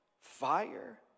fire